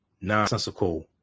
nonsensical